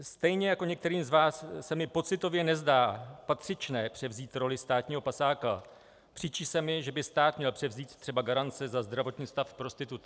Stejně jako některým z vás se mi pocitově nezdá patřičné převzít roli státního pasáka, příčí se mi, že by stát měl převzít třeba garance za zdravotní stav prostitutek.